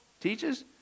teaches